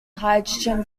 hydrogen